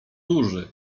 duży